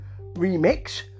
remix